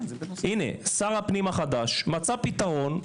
הנה, שר הפנים החדש מצא פתרון,